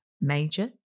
major